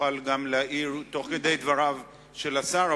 תוכל גם להעיר תוך כדי דבריו של השר,